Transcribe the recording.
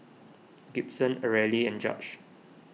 Gibson Areli and Judge